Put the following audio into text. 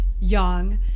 young